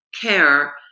care